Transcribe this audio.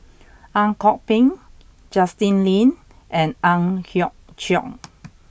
Ang Kok Peng Justin Lean and Ang Hiong Chiok